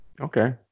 okay